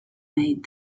made